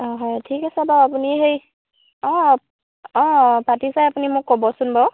অঁ হয় ঠিক আছে বাৰু আপুনি হেৰি অঁ অঁ পাতি চাই আপুনি মোক ক'বচোন বাৰু